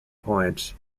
points